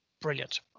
Brilliant